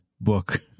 book